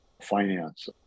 finance